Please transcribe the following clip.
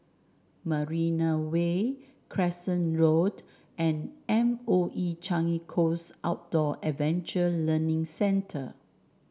Marina Way Crescent Road and M O E Changi Coast Outdoor Adventure Learning Centre